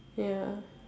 ya